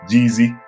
Jeezy